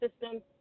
system